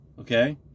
Okay